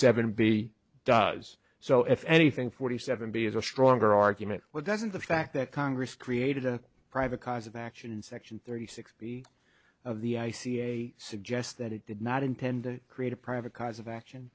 seven b does so if anything forty seven b is a stronger argument what doesn't the fact that congress created a private cause of action in section thirty six b of the i c a suggest that it did not intend to create a private cause of action